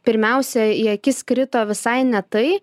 pirmiausia į akis krito visai ne tai